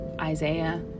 Isaiah